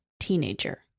Teenager